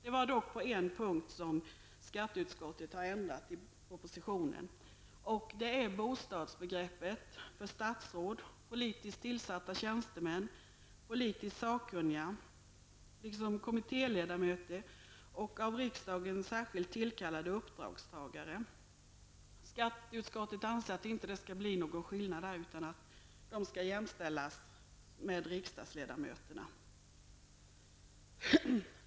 Skatteutskottet har dock ändrat på en punkt i propositionen. Det gäller bostadsbegreppet för statsråd, politiskt tillsatta tjänstemän, politiskt sakkunniga, kommittéledamöter och av riksdagen särskilt tillkallade uppdragstagare. Skatteutskottet anser att det inte skall vara några skillnader där utan att de skall jämställas med riksdagsledamöterna.